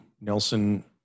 Nelson